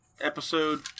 episode